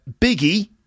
Biggie